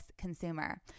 consumer